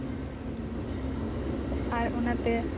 ᱟᱨ ᱚᱱᱟᱛᱮ